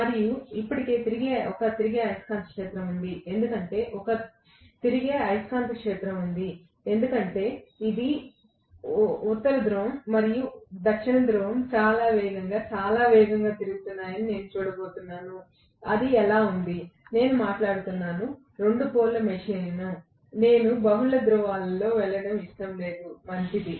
మరియు ఇప్పటికే ఒక తిరిగే అయస్కాంత క్షేత్రం ఉంది ఎందుకంటే ఒక తిరిగే అయస్కాంత క్షేత్రం ఉంది ఎందుకంటే ఉత్తర ధ్రువం మరియు దక్షిణ ధృవం చాలా వేగంగా చాలా వేగంగా తిరుగుతున్నాయని నేను చూడబోతున్నాను అది ఎలా ఉంది నేను మాట్లాడుతున్నాను 2 పోల్ మెషిన్ నేను బహుళ ధ్రువాలలోకి వెళ్లడం ఇష్టం లేదు మంచిది